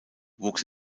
wuchs